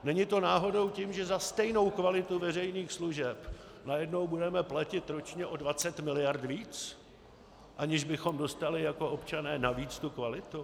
Není to náhodou tím, že za stejnou kvalitu veřejných služeb najednou budeme platit ročně o 20 miliard víc, aniž bychom dostali jako občané navíc tu kvalitu?